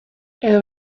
edo